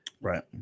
Right